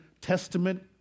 testament